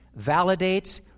validates